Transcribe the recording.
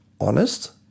honest